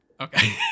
okay